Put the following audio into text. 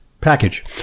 package